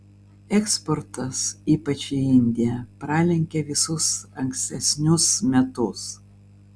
eksportas ypač į indiją pralenkia visus ankstesnius metus